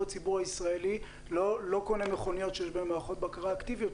הציבור הישראלי לא קונה מכוניות שיש בהן מערכות בקרה אקטיביות,